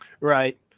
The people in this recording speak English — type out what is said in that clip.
Right